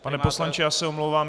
Pane poslanče, já se omlouvám.